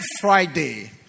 Friday